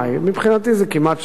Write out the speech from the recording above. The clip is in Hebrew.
מבחינתי, זה כמעט שנה.